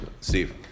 Steve